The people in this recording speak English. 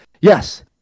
yes